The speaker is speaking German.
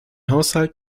haushalt